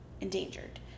endangered